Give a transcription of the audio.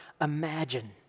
imagine